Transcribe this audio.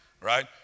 right